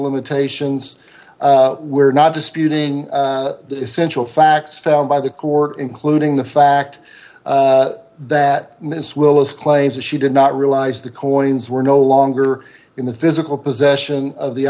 limitations we're not disputing the essential facts found by the court including the fact that miss willis claims that she did not realize the coins were no longer in the physical possession of the